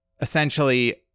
essentially